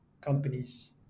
companies